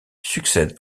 succède